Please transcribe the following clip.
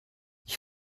ich